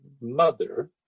mother